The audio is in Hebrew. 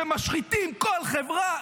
שמשחיתים כל חברה,